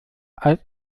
als